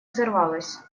взорвалась